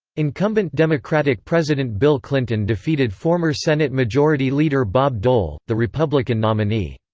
incumbent democratic president bill clinton defeated former senate majority leader bob dole, the republican nominee.